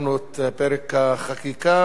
ואנחנו עוברים להצעות לסדר-היום.